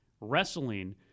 wrestling